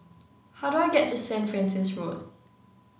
how do I get to Saint Francis Road